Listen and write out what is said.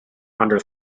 under